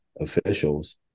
officials